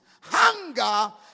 Hunger